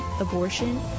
abortion